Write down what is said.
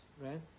right